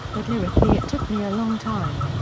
but lyrically it took me a long time.